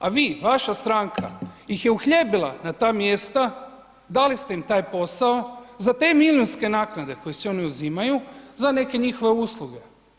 A vi, vaša stranka ih je uhljebila na ta mjesta, dali ste im taj posao za te milijunske naknade koje si oni uzimaju za neke njihove usluge.